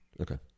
Okay